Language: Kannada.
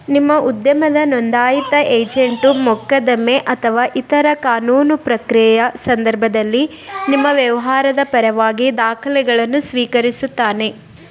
ನಿಮ್ಮ ಉದ್ಯಮದ ನೋಂದಾಯಿತ ಏಜೆಂಟು ಮೊಕದ್ದಮೆ ಅಥವಾ ಇತರ ಕಾನೂನು ಪ್ರಕ್ರಿಯೆಯ ಸಂದರ್ಭದಲ್ಲಿ ನಿಮ್ಮ ವ್ಯವಹಾರದ ಪರವಾಗಿ ದಾಖಲೆಗಳನ್ನು ಸ್ವೀಕರಿಸುತ್ತಾನೆ